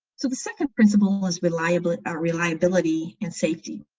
so the second principle was reliability ah reliability and safety.